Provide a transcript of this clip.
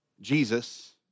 Jesus